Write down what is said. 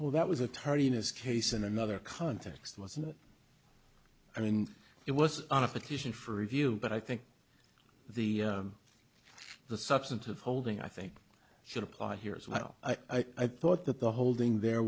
oh that was a tardiness case in another context wasn't i mean it was on a petition for review but i think the the substantive holding i think should apply here as well i thought that the holding there